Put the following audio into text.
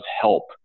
help